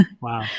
Wow